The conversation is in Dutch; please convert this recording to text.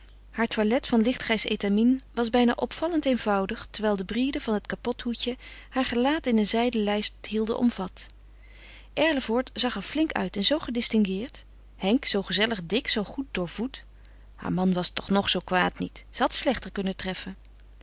haar toilet van lichtgrijs étamine was bijna opvallend eenvoudig terwijl de brides van het capothoedje haar gelaat in een zijden lijst hielden omvat erlevoort zag er flink uit en zoo gedistingueerd henk zoo gezellig dik zoo goed doorvoed haar man was toch nog zoo kwaad niet ze had slechter kunnen treffen